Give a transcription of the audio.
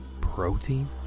Protein